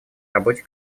работе